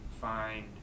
find